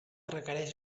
requereix